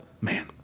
man